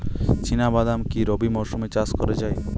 চিনা বাদাম কি রবি মরশুমে চাষ করা যায়?